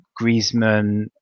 Griezmann